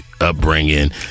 upbringing